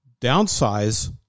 downsize